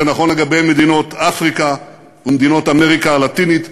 זה נכון לגבי מדינות אפריקה ומדינות אמריקה הלטינית,